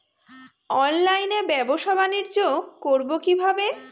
অনলাইনে ব্যবসা বানিজ্য করব কিভাবে?